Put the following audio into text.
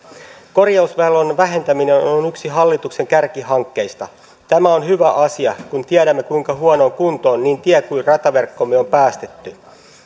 korjausvelan vähentäminen on on yksi hallituksen kärkihankkeista tämä on hyvä asia kun tiedämme kuinka huonoon kuntoon niin tie kuin rataverkkomme on päästetty